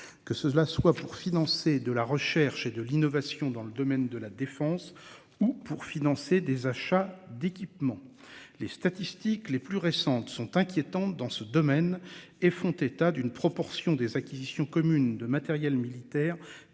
que cela soit pour financer de la recherche et de l'innovation dans le domaine de la défense ou pour financer des achats d'équipement, les statistiques les plus récentes sont inquiétantes dans ce domaine et font état d'une proportion des acquisitions communes de matériel militaire